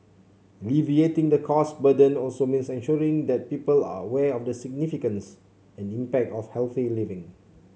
alleviating the cost burden also means ensuring that people are aware of the significance and impact of healthy living